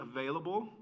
available